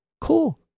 Cool